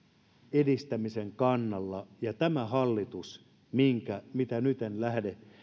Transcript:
edistämisen kannalla ja tämä hallitus mitä nyt en lähde